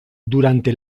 durante